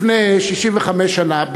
לפני 65 שנה,